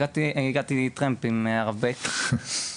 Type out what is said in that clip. אני הגעתי טרמפ עם הרב בק,